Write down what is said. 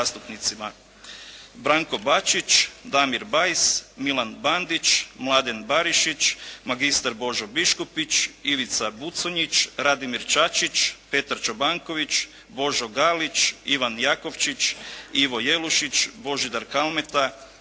Branko Bačić, Damir Bajs, Milan Bandić, Mladen Barišić, magistar Božo Biškupić, Ivica Buconjić, Radimir Čačić, Petar Čobanković, Božo Galić, Ivan Jakovčić, Ivo Jelušić, Božidar Kalmeta,